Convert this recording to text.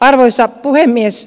arvoisa puhemies